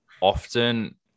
often